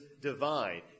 divine